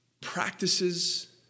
practices